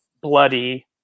bloody